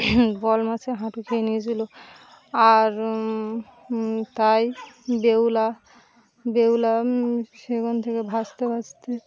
বোয়াল মাছেে হাঁটু খেয়ে নিয়েছিলো আর তাই বেহুলা বেহুলা সেখান থেকে ভাসতে ভাজতে